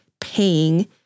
paying